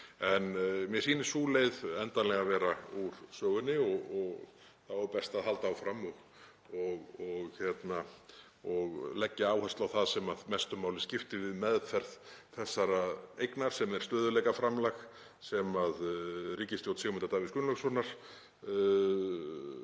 En mér sýnist sú leið endanlega vera úr sögunni og þá er best að halda áfram og leggja áherslu á það sem mestu máli skiptir við meðferð þessara eigna, sem er stöðugleikaframlag sem ríkisstjórn Sigmundar Davíðs Gunnlaugssonar